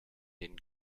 denen